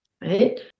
right